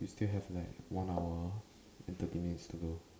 you still have like one hour and thirty minutes to go